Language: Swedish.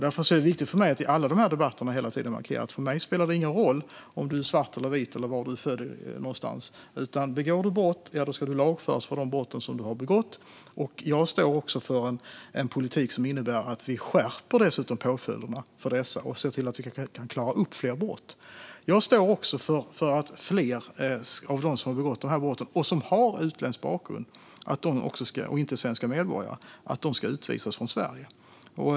Därför är det viktigt för mig att i alla debatter markera att det för mig inte spelar någon roll om du är svart eller vit eller var du är född någonstans. Begår du brott ska du lagföras för de brott du har begått. Jag står också för en politik som innebär att vi skärper påföljderna för dessa brott och ser till att vi kan klara upp fler brott. Jag står också för att fler av dem som har begått dessa brott som har utländsk bakgrund och inte är svenska medborgare ska utvisas från Sverige.